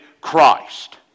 Christ